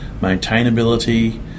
maintainability